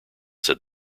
said